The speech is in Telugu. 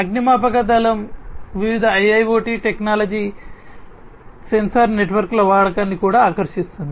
అగ్నిమాపక దళం వివిధ IIoT టెక్నాలజీస్ సెన్సార్ నెట్వర్క్ల వాడకాన్ని కూడా ఆకర్షిస్తుంది